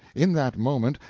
in that moment,